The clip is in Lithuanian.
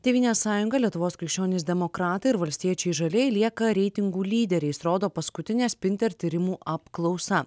tėvynės sąjunga lietuvos krikščionys demokratai ir valstiečiai žalieji lieka reitingų lyderiais rodo paskutinė spinter tyrimų apklausa